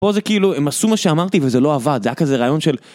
פה זה כאילו, הם עשו מה שאמרתי וזה לא עבד, זה היה כזה רעיון של...